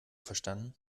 verstanden